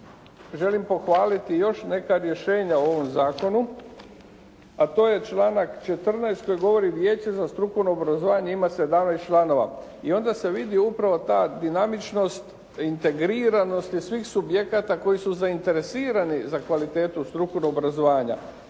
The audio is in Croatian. želim pohvaliti i još neka rješenja o ovom zakonu, a to je članak 14. koji govori Vijeće za strukovno obrazovanje ima 17 članova i onda se vidi upravo ta dinamičnost, integriranost svih subjekata koji su zainteresirani za kvalitetu strukovnog obrazovanja.